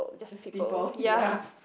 just people ya